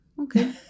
Okay